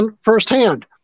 firsthand